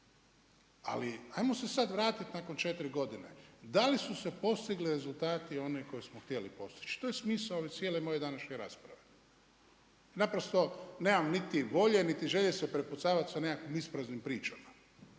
Ali, ajmo se sad vratiti nakon 4 godine. Da li su se postigli rezultati oni koji smo htjeli postići? To je smisao ove cijele moje današnje rasprave. Naprosto nemam niti volje, niti želje se prepucavati sa nekakvih ispraznim pričama.